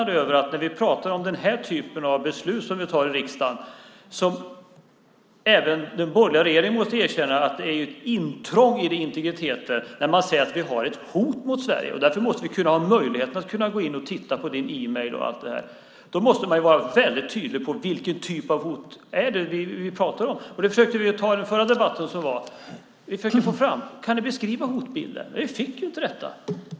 Den här typen av beslut som vi fattar i riksdagen måste även den borgerliga regeringen erkänna innebär ett intrång i integriteten. När man säger att vi har ett hot mot Sverige och att man därför måste ha en möjlighet att gå in och läsa mejl och annat måste man vara väldigt tydlig med vilken typ av hot det är man pratar om. Det försökte vi få fram i den förra debatten. Vi frågade om ni kunde beskriva hotbilden, men vi fick inget svar.